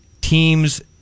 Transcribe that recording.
teams